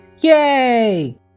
Yay